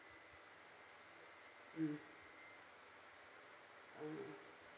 mm mm